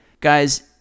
guys